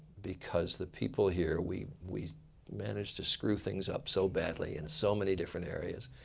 because the people here we we managed to screw things up so badly in so many different areas.